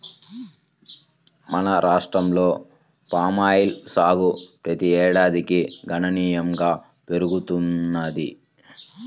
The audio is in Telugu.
మన రాష్ట్రంలో పామాయిల్ సాగు ప్రతి ఏడాదికి గణనీయంగా పెరుగుతున్నది